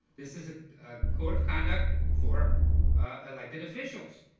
this is a code of conduct for elected officials.